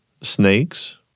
snakes